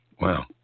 wow